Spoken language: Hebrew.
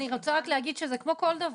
אני רוצה רק להגיד שזה כמו כל דבר